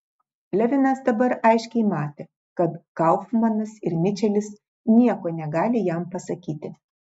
levinas dabar aiškiai matė kad kaufmanas ir mičelis nieko negali jam pasakyti